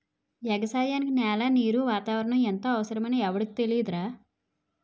ఎగసాయానికి నేల, నీరు, వాతావరణం ఎంతో అవసరమని ఎవుడికి తెలియదురా